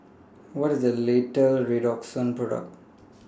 What IS The Late Redoxon Product